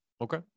Okay